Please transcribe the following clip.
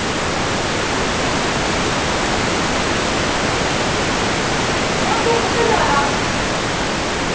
हून तू कु'त्थें जाना